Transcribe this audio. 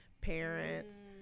parents